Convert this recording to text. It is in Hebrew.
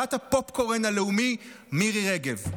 שרת הפופקורן הלאומי מירי רגב.